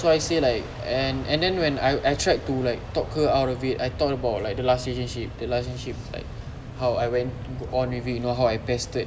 so I say like and and then when I tried to like talk her out of it I talk about the last relationship the last relationship like how I went to go with it you know how I pestered